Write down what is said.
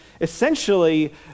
essentially